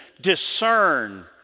discern